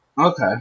Okay